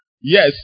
Yes